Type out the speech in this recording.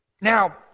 Now